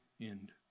end